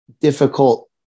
difficult